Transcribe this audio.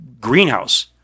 greenhouse